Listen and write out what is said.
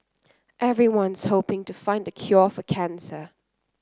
everyone's hoping to find the cure for cancer